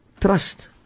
trust